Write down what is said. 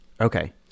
okay